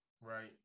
right